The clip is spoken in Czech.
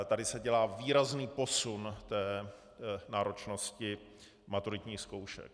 Tady se dělá výrazný posun náročnosti maturitních zkoušek.